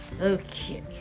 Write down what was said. Okay